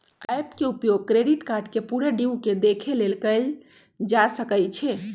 app के उपयोग credit card के पूरे ड्यू के देखे के लेल कएल जा सकइ छै